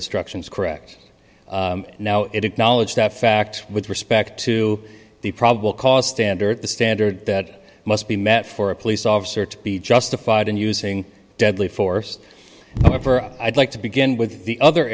instructions correct now it acknowledge that fact with respect to the probable cause standard the standard that must be met for a police officer to be justified in using deadly force i'd like to begin with the other